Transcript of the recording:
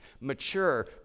mature